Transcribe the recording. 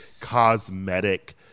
cosmetic